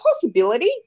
possibility